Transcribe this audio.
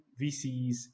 VCs